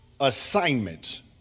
assignment